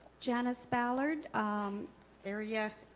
janice ballard um there yeah